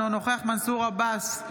אינו נוכח מנסור עבאס,